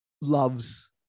loves